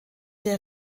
der